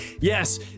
Yes